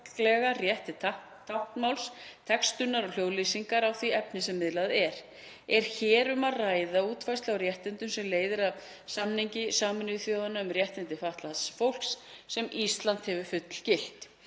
rétt til táknmáls, textunar og hljóðlýsingar á því efni sem miðlað er. Er hér um að ræða útfærslu á réttindum sem leiðir af samningi Sameinuðu þjóðanna um réttindi fatlaðs fólks sem Ísland hefur fullgilt.